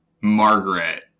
Margaret